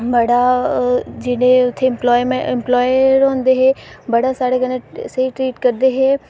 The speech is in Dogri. बड़ा जेह्ड़े उत्थै एंप्लॉय होंदे हे बड़ा साढ़े कन्नै स्हेई ट्रीट करदे हे